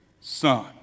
son